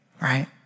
right